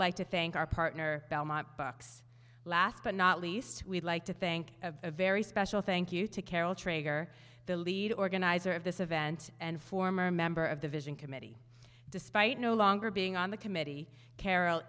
like to thank our partner belmont bucks last but not least we'd like to think of a very special thank you to carol trader the lead organizer of this event and former member of the vision committee despite no longer being on the committee carrol